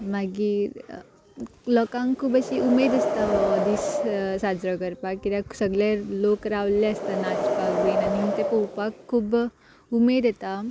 मागीर लोकांक खूब अशी उमेद आसता हो दीस साजरो करपाक कित्याक सगले लोक रावल्ले आसता नाचपाक बीन आनी ते पोवपाक खुब्ब उमेद येता